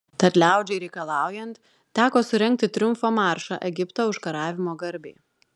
tad liaudžiai reikalaujant teko surengti triumfo maršą egipto užkariavimo garbei